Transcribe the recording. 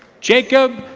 jacob